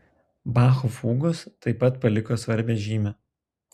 bacho fugos taip pat paliko svarbią žymę